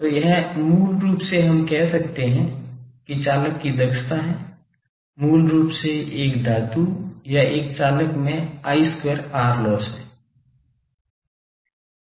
तो यह मूल रूप से हम कह सकते हैं कि चालक की दक्षता हैं मूल रूप से एक धातु या एक चालक में I square R loss है